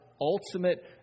ultimate